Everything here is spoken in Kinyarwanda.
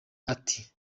ati